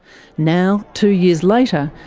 now, two years later,